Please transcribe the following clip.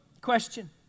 question